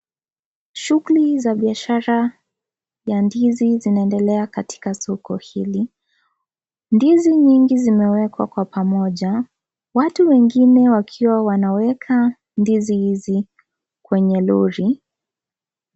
Shughuli za biashara ya ndizi zinaendelea katika soko hili. Ndizi nyingi zimewekwa kwa pamoja watu wengine wakiwa wanaweke ndizi hizi kwenye lori.